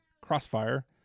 Crossfire